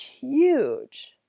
huge